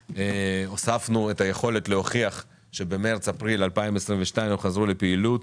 הוספנו גם את היכולת להוכיח שבמרס-אפריל 2022 הם חזרו לפעילות.